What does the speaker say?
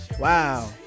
Wow